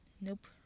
Nope